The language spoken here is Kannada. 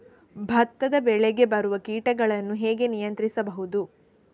ಭತ್ತದ ಬೆಳೆಗೆ ಬರುವ ಕೀಟಗಳನ್ನು ಹೇಗೆ ನಿಯಂತ್ರಿಸಬಹುದು?